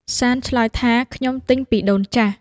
សាន្តឆ្លើយថា “ខ្ញុំទិញពីដូនចាស់”។